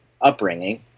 upbringing